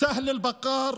סאהל אל-בגאר,